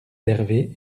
d’hervé